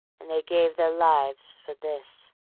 and they gave their lives for this.